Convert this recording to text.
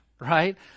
right